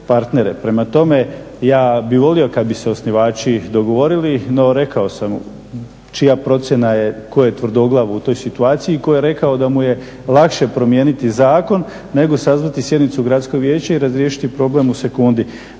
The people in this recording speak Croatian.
prema tome ja bih volio kad bi se osnivači dogovorili, no rekao sam čija procjena je, tko je tvrdoglav u toj situaciji, tko je rekao da mu je lakše promijeniti zakon nego sazvati sjednicu Gradskog vijeća i razriješiti problem u sekundi.